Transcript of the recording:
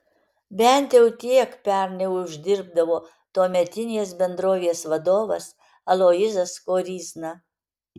bent jau tiek pernai uždirbdavo tuometinis bendrovės vadovas aloyzas koryzna